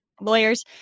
lawyers